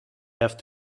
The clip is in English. have